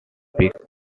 pick